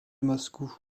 moscou